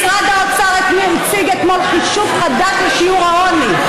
משרד האוצר הציג אתמול חישוב חדש לשיעור העוני,